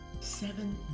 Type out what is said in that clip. seven